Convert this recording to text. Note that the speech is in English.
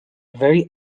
very